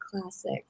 Classic